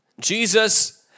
Jesus